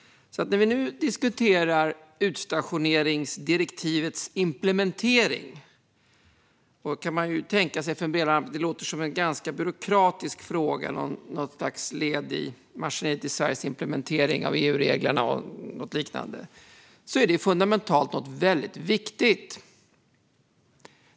När vi nu diskuterar utstationeringsdirektivets implementering - det låter som en ganska byråkratisk fråga, något slags led i maskineriet i Sveriges implementering av EU-reglerna eller något liknande - är det något fundamentalt mycket viktigt.